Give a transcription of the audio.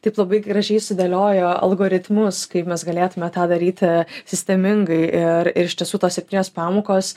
taip labai gražiai sudėliojo algoritmus kaip mes galėtume tą daryti sistemingai ir ir iš tiesų tos septynios pamokos